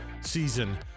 season